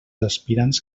aspirants